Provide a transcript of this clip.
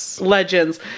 legends